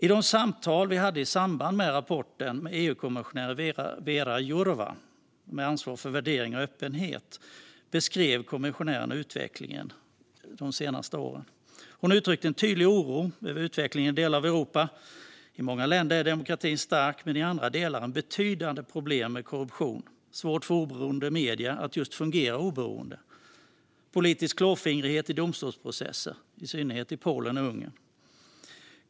I de samtal vi hade i samband med att rapporten kom med EU-kommissionär Vera Jourová, som har ansvar för värderingar och öppenhet, beskrev hon utvecklingen de senaste åren. Hon uttryckte en tydlig oro över utvecklingen i delar av Europa. I många länder är demokratin stark, men i andra delar finns betydande problem med korruption, svårigheter för oberoende medier att fungera just oberoende och politisk klåfingrighet i domstolsprocesser, i synnerhet i Polen och Ungern.